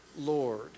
Lord